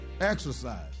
exercise